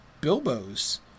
Bilbo's